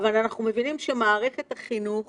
אבל אנחנו מבינים שמערכת החינוך